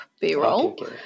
B-roll